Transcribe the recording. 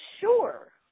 sure